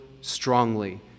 strongly